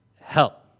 help